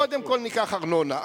קודם כול ניקח ארנונה,